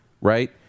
right